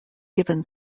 given